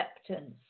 acceptance